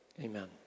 Amen